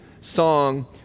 song